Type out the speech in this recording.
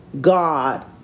God